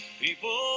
People